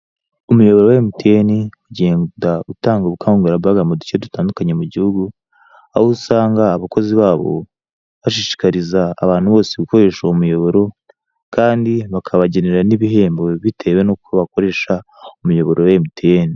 Umuyobo wa MTN ugenda utanga ubukangurambaga mu duce dutandukanye mu gihugu, aho usanga abakozi babo bashishikariza abantu bose gukoresha uwo muyoboro kandi bakabagenera n'ibihembo, bitewe n'uko bakoresha umuyoboro wa MTN.